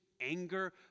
anger